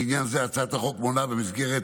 לעניין זה הצעת החוק מונה במסגרת